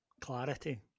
clarity